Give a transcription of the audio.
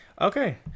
okay